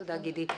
תודה גידי.